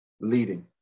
leading